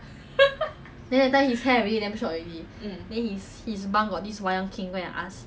barber shop and go and cut lah means means